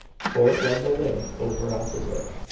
fort led the way over opposite.